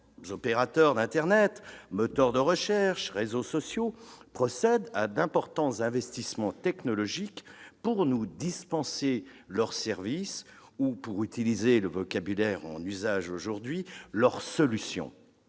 opérateurs d'internet que sont les moteurs de recherche ou les réseaux sociaux procèdent à d'importants investissements technologiques pour dispenser leurs services ou, pour utiliser le vocabulaire en usage aujourd'hui, leurs « solutions